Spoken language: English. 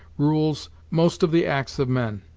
rules most of the acts of men,